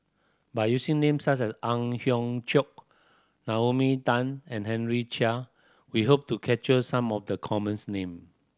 by using names such as Ang Hiong Chiok Naomi Tan and Henry Chia we hope to capture some of the commons name